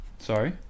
Sorry